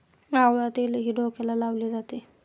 आवळा तेलही डोक्याला लावले जाते